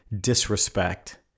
disrespect